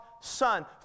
son